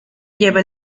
lleva